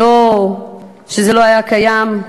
וזה לא היה קיים.